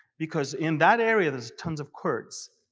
because in that area there are tons of kurds,